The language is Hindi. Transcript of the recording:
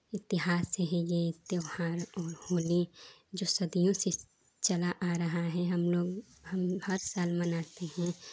इतिहास है यह एक त्योहार होली जो सदियों से चला आ रहा है हमलोग हम हर साल मानते हैं